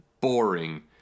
boring